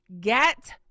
get